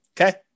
Okay